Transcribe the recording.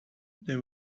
they